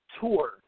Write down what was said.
tour